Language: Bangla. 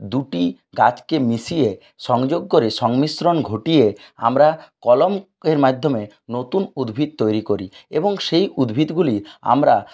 দুটি গাছকে মিশিয়ে সংযোগ করে সংমিশ্রণ ঘটিয়ে আমরা কলমের মাধ্যমে নতুন উদ্ভিদ তৈরি করি এবং সেই উদ্ভিদগুলি আমরা